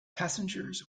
passengers